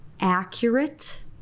accurate